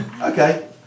Okay